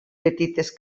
petites